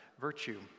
virtue